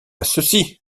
ceci